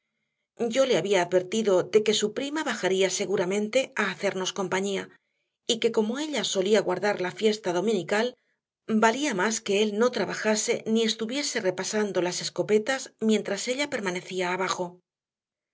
yo le había advertido de que su prima bajaría seguramente a hacernos compañía y que como ella solía guardar la fiesta dominical valía más que él no trabajase ni estuviese repasando las escopetas mientras ella permanecía abajo